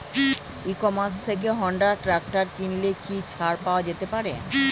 ই commerce Honda tractor কিনলে কি ছাড় পাওয়া যেতে পারে?